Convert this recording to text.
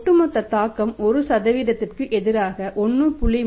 ஒட்டுமொத்த தாக்கம் 1 க்கு எதிராக 1